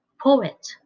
poet